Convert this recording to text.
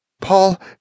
Paul